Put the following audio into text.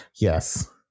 yes